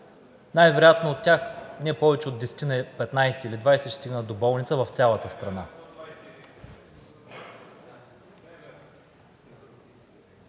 Най-вероятно от тях не повече от 10, 15 или 20 ще стигнат до болница в цялата страна.